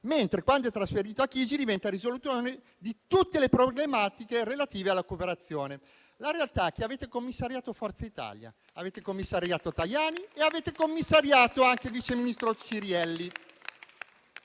mentre quando è trasferito a Palazzo Chigi diventa risolutore di tutte le problematiche relative alla cooperazione. La realtà è che avete commissariato Forza Italia, avete commissariato Tajani e avete commissariato anche il vice ministro